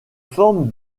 forme